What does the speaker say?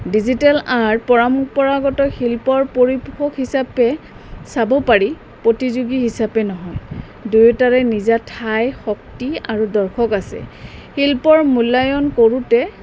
digital art পৰাম্পৰাগত শিল্পৰ পৰিপোশক হিচাপে চাব পাৰি প্ৰতিযোগী হিচাপে নহয় দুয়োটাৰে নিজা ঠাই শক্তি আৰু দৰ্শক আছে শিল্পৰ মূল্যায়ন কৰোঁতে